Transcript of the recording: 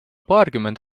paarkümmend